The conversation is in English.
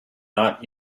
not